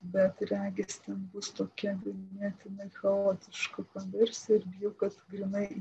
bet regis ten bus tokia ganėtinai chaotiška konversija ir bijau kad grynai